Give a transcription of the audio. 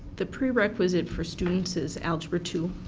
the prerequisite for students is algebra two,